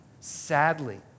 sadly